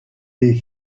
les